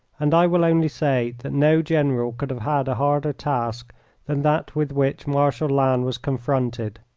and i will only say that no general could have had a harder task than that with which marshal lannes was confronted.